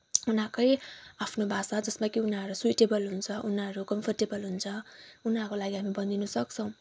उनीहरूकै आफ्नो भाषा जसमा चाहिँ उनीहरू स्विटेबल हुन्छ उनीहरू कम्फोर्टेबल हुन्छ उनीहरूको लागि हामी भनिदिन सक्छौँ